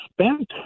spent